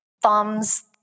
Thumbs